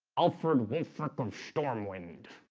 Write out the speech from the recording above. um for me fuck them stormwind